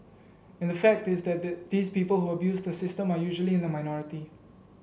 and the fact is that the these people who abuse the system are usually in the minority